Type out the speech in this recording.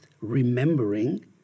remembering